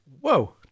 whoa